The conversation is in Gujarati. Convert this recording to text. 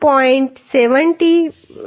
તેથી તે 130